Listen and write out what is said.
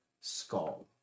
skull